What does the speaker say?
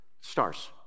stars